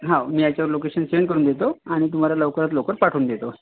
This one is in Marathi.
हो मी याच्यावर लोकेशन सेंड करून देतो आणि तुम्हाला लवकरात लवकर पाठवून देतो